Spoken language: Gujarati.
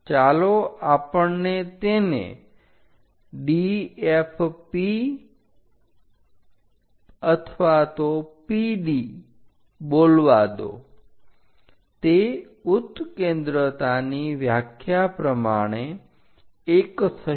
ચાલો આપણને તેને DFP PD બોલવા દો તે ઉત્કેન્દ્રતાની વ્યાખ્યા પ્રમાણે 1 થશે